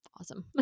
awesome